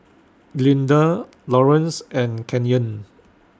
Glinda Laurance and Kenyon